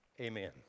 Amen